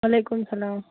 وعلیکُم السلام